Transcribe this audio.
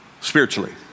spiritually